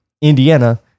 Indiana